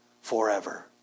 forever